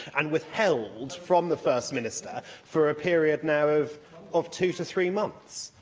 and withheld from the first minister for a period, now, of of two to three months?